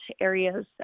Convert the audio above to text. areas